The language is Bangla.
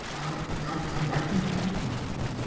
আর আর আর বাড়তি খ হুম হুম